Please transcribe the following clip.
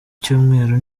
cyumweru